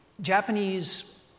Japanese